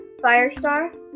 firestar